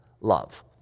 love